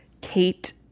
Kate